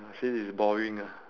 since he's boring ah